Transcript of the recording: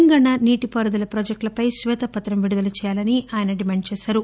తెలంగాణ నీటిపారుదల ప్రాజెక్టులపై శ్వేతపత్రం విడుదల చేయాలని ఆయన డిమాండ్ చేశారు